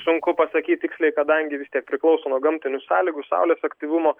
sunku pasakyt tiksliai kadangi vis tiek priklauso nuo gamtinių sąlygų saulės aktyvumo